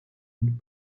und